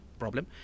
problem